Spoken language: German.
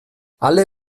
alle